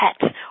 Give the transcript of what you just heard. pet